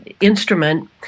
instrument